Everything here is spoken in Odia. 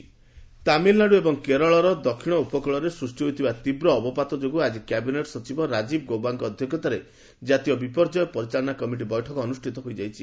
ଡିପ୍ ଡିପ୍ରେସନ୍ ତାମିଲନାଡୁ ଏବଂ କେରଳର ଦକ୍ଷିଣ ଉପକୂଳରେ ସୃଷ୍ଟି ହୋଇଥିବା ତୀବ୍ର ଅବପାତ ଯୋଗୁଁ ଆଜି କ୍ୟାବିନେଟ୍ ସଚିବ ରାଜୀବ ଗୌବାଙ୍କ ଅଧ୍ୟକ୍ଷତାରେ ଜାତୀୟ ବିପର୍ଯ୍ୟୟ ପରିଚାଳନା କମିଟି ବୈଠକ ଅନୁଷ୍ଠିତ ହୋଇଯାଇଛି